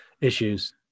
issues